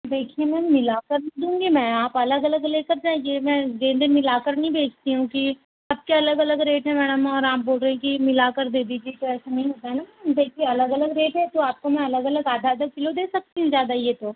देखिए मैम मिलाकर नहीं दूंगी मैं आप अलग अलग लेकर जाइए मैं गेंदे मिलाकर नहीं बेचती हूँ कि सबके अलग अलग रेट है मैडम और आप बोल रहे हैं कि मिलाकर दे दीजिए तो ऐसा नहीं होता न मैम देखिए अलग अलग रेट है तो आपको मैं अलग अलग आधा आधा किलो दे सकती हूँ ज़्यादा ही है तो